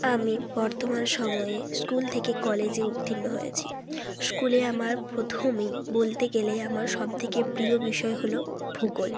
আমি বর্ধমান সময়ে স্কুল থেকে কলেজে উত্তীর্ণ হয়েছি স্কুলে আমার প্রথমেই বলতে গেলে আমার সব থেকে প্রিয় বিষয় হলো ভূগোল